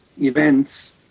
events